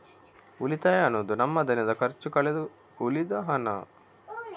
ಉಳಿತಾಯ ಅನ್ನುದು ನಮ್ಮ ದಿನದ ಖರ್ಚು ಕಳೆದು ಉಳಿದ ಹಣ